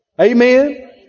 Amen